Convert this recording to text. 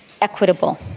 equitable